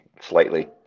slightly